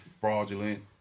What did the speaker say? fraudulent